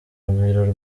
urugwiro